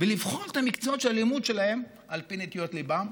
ולבחור את מקצועות הלימוד שלהם על פי נטיות ליבם.